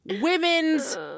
women's